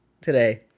today